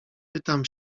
pytam